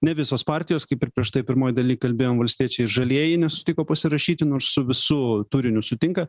ne visos partijos kaip ir prieš tai pirmoj daly kalbėjom valstiečiai ir žalieji nesutiko pasirašyti nors visu turiniu sutinka